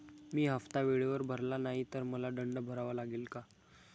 मी हफ्ता वेळेवर भरला नाही तर मला दंड भरावा लागेल का?